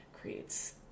creates